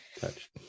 touched